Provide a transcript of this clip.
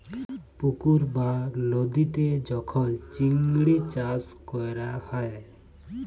পুকুর বা লদীতে যখল চিংড়ি চাষ ক্যরা হ্যয়